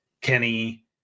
Kenny